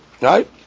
Right